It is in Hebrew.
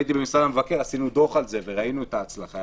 במשרד מבקר המדינה כתבנו על זה דוח וראינו את ההצלחה.